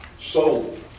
sold